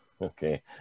okay